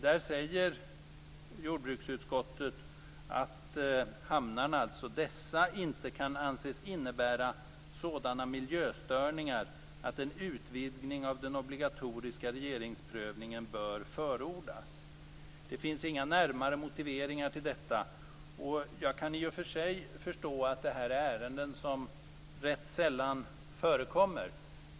Där säger jordbruksutskottet att dessa inte kan anses innebära sådana miljöstörningar att en utvidgning av den obligatoriska regeringsprövningen bör förordas. Det finns inga närmare motiveringar till detta. Jag kan i och för sig förstå att detta är ärenden som rätt sällan förekommer.